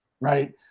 right